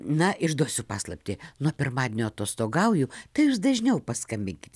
na išduosiu paslaptį nuo pirmadienio atostogauju tai jūs dažniau paskambinkit